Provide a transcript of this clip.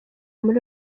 muri